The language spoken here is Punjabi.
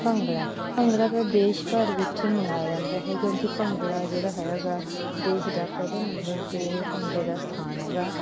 ਭੰਗੜਾ ਭੰਗੜਾ ਤਾਂ ਦੇਸ਼ ਭਰ ਵਿੱਚ ਮਨਾਇਆ ਜਾਂਦਾ ਹੈ ਕਿਉਂਕਿ ਭੰਗੜਾ ਜਿਹੜਾ ਹੈਗਾ ਗਾ ਦੇਸ਼ ਦਾ ਪਹਿਲੇ ਨੰਬਰ 'ਤੇ ਭੰਗੜੇ ਦਾ ਸਥਾਨ ਹੈਗਾ